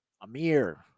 Amir